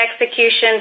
executions